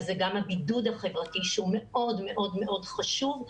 זה גם הבידוד שזה מאוד מאוד מאוד חשוב.